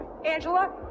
Angela